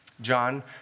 John